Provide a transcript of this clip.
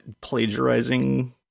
plagiarizing